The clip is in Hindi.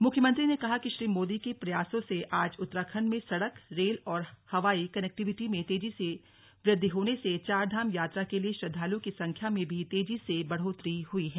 मुख्यमंत्री ने कहा कि श्री मोदी के प्रयासों से आज उत्तराखण्ड में सड़क रेल और हवाई कनेक्टिविटी में तेजी से वृद्धि होने से चारधाम यात्रा के लिए श्रद्वालुओं की संख्या में भी तेजी से बढ़ोतरी हुई है